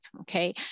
okay